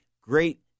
great